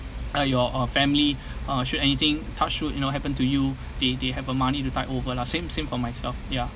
your uh family uh should anything touch wood you know happen to you they they have a money to tide over lah same same for myself ya